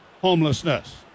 homelessness